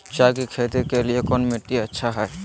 चाय की खेती के लिए कौन मिट्टी अच्छा हाय?